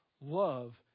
love